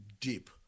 deep